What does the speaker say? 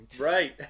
Right